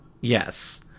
Yes